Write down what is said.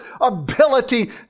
ability